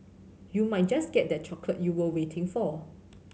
you might just get that chocolate you were waiting for